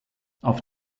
auf